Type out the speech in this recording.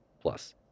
Plus